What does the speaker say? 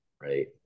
right